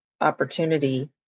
opportunity